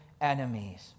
enemies